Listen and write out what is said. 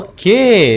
Okay